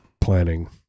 planning